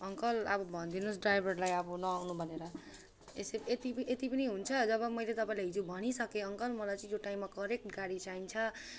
uncle अब भनिदिनु होस् ड्राइभरलाई अब नआउनु भनेर यसै यति यति पनि हुन्छ जब मैले तपाईँ हिजै भनिसकेँ अङ्कल मलाई चाहिँ यो टाइममा करेक्ट गाडी चाहिन्छ